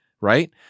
right